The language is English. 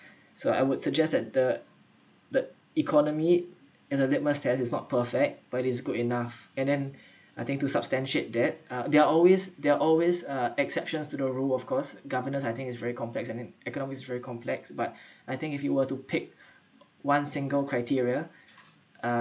so I would suggest that the the economy as a litmus test is not perfect but it's good enough and then I think to substantiate that uh they're always they're always uh exceptions to the rule of course governance I think is very complex and then economy is very complex but I think if you were to pick one single criteria uh